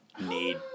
Need